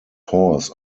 horse